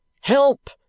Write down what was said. help